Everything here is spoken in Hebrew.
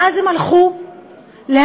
ואז הם הלכו להליך,